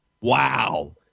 wow